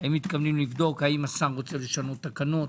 האם השר רוצה לשנות תקנות,